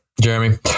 Jeremy